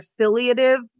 affiliative